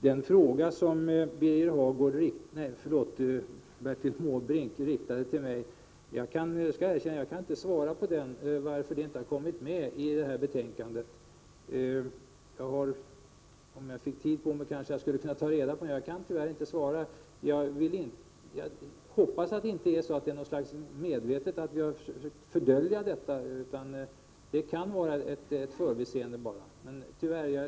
Bertil Måbrink riktade en fråga till mig, och jag skall erkänna att jag inte kan svara på den och säga varför detta inte kom med i betänkandet. Om jag fick tid på mig kanske jag skulle kunna ta reda på det. Jag hoppas det inte har skett medvetet, att vi försökt fördölja något. Men det kan vara ett förbiseende.